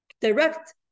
direct